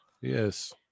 Yes